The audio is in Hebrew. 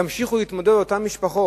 ימשיכו להתמודד אותן משפחות.